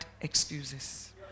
excuses